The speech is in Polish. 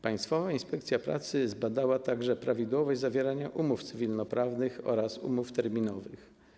Państwowa Inspekcja Pracy zbadała także prawidłowość zawierania umów cywilnoprawnych oraz umów terminowych.